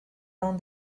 own